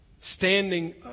standing